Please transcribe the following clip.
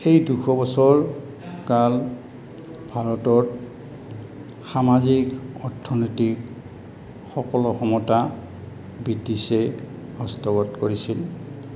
এই দুশ বছৰ কাল ভাৰতত সামাজিক অৰ্থনৈতিক সকলো ক্ষমতা ব্ৰিটিছে হস্তগত কৰিছিল